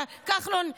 כחלון,